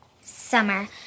Summer